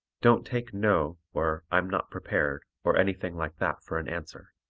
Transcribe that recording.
don't take no or i'm not prepared or anything like that for an answer.